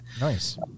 Nice